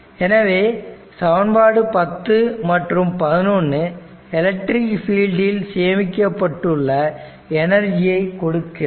எனவே சமன்பாடு 10 மற்றும் 11 எலக்ட்ரிக் ஃபீல்டில் சேமிக்கப்பட்டுள்ள எனர்ஜியை கொடுக்கிறது